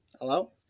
Hello